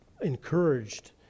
encouraged